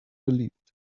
beliebt